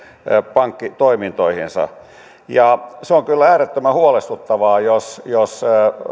pankkitoimintoihinsa se on kyllä äärettömän huolestuttavaa jos jos